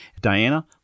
Diana